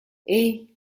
hey